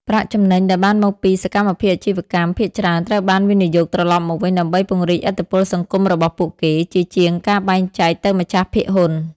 ប្រាក់ចំណេញដែលបានមកពីសកម្មភាពអាជីវកម្ម ភាគច្រើនត្រូវបានវិនិយោគត្រឡប់មកវិញ ដើម្បីពង្រីកឥទ្ធិពលសង្គមរបស់ពួកគេ ជាជាងការបែងចែកទៅម្ចាស់ភាគហ៊ុន ។